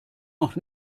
noch